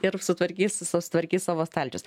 ir sutvarkys susitvarkys savo stalčius